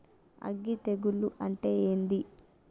అగ్గి తెగులు అంటే ఏంది?